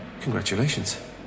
congratulations